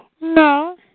No